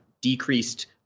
decreased